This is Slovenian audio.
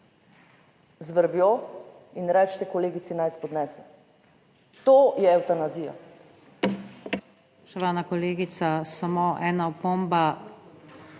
vrvjo in rečete kolegici, naj spodnese. To je evtanazija.